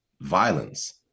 violence